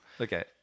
Okay